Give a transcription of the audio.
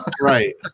right